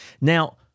now